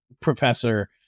professor